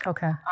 Okay